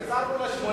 קיצרנו ל-80.